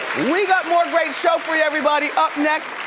we've got more great show for you everybody. up next,